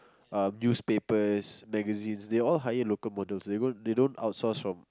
um newspapers magazines they all hire local models they won't they don't out source from